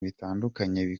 bitandukanye